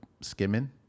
skimming